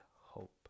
hope